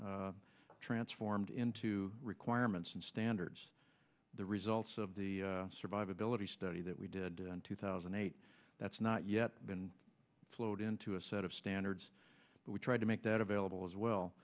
transformed into requirements and standards the results of the survivability study that we did in two thousand and eight that's not yet been flowed into a set of standards we tried to make that available